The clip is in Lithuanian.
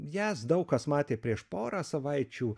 jas daug kas matė prieš porą savaičių